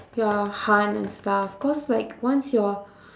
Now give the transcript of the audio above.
ya hunt and stuff cause like once your